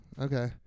Okay